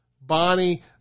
Bonnie